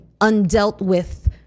undealt-with